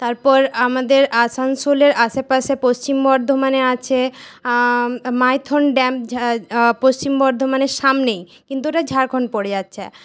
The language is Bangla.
তারপর আমাদের আসানসোলের আশেপাশে পশ্চিম বর্ধমানে আছে মাইথন ড্যাম পশ্চিম বর্ধমানের সামনেই কিন্তু ওটা ঝাড়খন্ড পড়ে যাচ্ছে